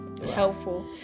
Helpful